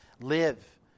live